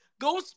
Go